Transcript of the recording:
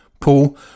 Paul